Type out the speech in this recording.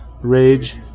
Rage